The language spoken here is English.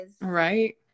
Right